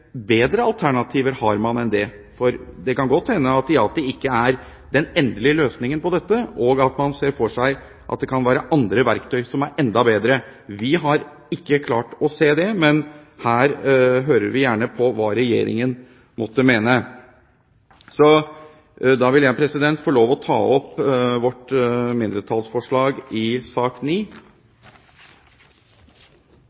bedre alternativer man har enn det, for det kan godt hende at IATI ikke er den endelige løsningen på dette, og at man ser for seg at det kan være andre verktøy som er enda bedre. Vi har ikke klart å se det, men her hører vi gjerne hva regjeringen måtte mene. Da vil jeg få lov til å ta opp vårt mindretallsforslag i sak